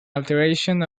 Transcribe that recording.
alteration